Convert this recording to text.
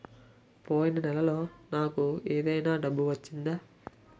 పోయిన నెలలో నాకు ఏదైనా డబ్బు వచ్చిందా?